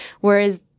Whereas